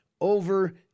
over